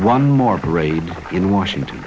one more parade in washington